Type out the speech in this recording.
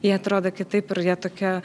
jie atrodo kitaip ir jie tokia